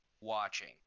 watching